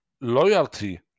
loyalty